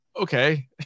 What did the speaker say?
Okay